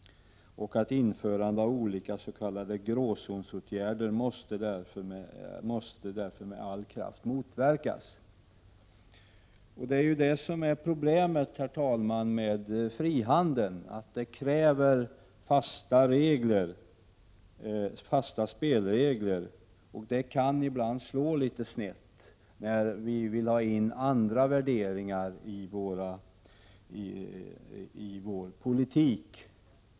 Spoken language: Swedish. Införande av olika s.k. gråzonsåtgärder måste därför med all kraft motverkas. Problemet med frihandeln, herr talman, är att den kräver fasta spelregler. Det kan ibland slå litet snett när vi vill ha in andra värderingar i vår politik.